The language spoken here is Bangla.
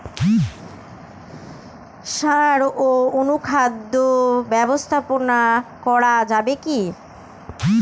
সাড় ও অনুখাদ্য ব্যবস্থাপনা করা যাবে কি?